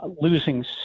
losing